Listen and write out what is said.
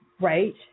Right